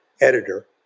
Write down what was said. editor